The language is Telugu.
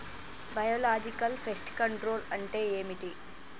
బయోలాజికల్ ఫెస్ట్ కంట్రోల్ అంటే ఏమిటి?